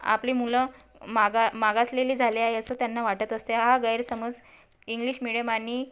आपली मुलं मागा मागासलेली झाले आहे असं त्यांना वाटत असते हा गैरसमज इंग्लिश मिडीयम आणि